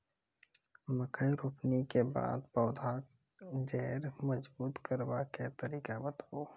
मकय रोपनी के बाद पौधाक जैर मजबूत करबा के तरीका बताऊ?